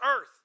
earth